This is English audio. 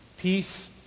Peace